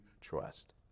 trust